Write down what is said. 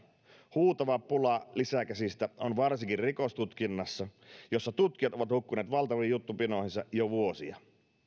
huutava pula lisäkäsistä on varsinkin rikostutkinnassa jossa tutkijat ovat hukkuneet valtaviin juttupinoihinsa jo vuosia